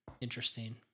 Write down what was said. Interesting